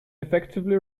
effectively